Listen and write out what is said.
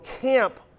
camp